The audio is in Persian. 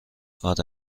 آره